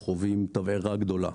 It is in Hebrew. חווים תבערה גדולה.